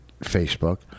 Facebook